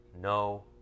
no